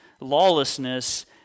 lawlessness